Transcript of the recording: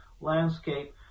landscape